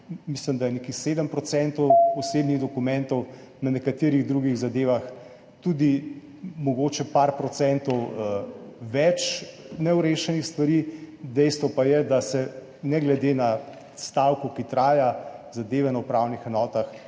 mislim, da približno 7 % osebnih dokumentov, na nekaterih drugih zadevah tudi mogoče nekaj procentov več nerešenih stvari. Dejstvo pa je, da se ne glede na stavko, ki traja, zadeve na upravnih enotah,